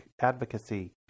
advocacy